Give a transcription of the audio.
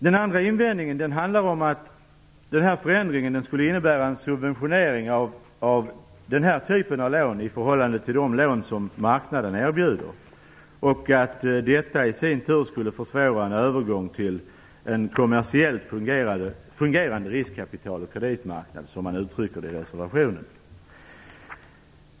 Den andra invändningen handlar om att den här förändringen skulle innebära en subventionering av den här typen av lån i förhållande till de lån som marknaden erbjuder. Detta skulle i sin tur försvåra en övergång till en kommersiellt fungerande riskkapitaloch kreditmarknad, som man uttrycker det i reservationen.